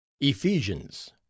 Ephesians